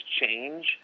change